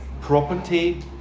property